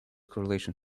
correlation